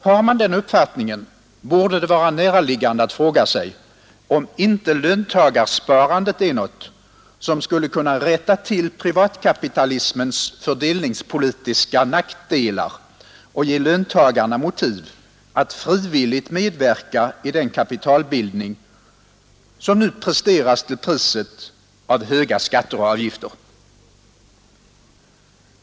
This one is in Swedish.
Har man den uppfattningen borde det vara näraliggande att fråga sig, om inte löntagarsparandet är något som skulle kunna rätta till privatkapitalismens fördelningspolitiska nackdelar och ge löntagarna motiv för att frivilligt medverka i den kapitalbildning som nu presteras till priset av höga skatter och avgifter.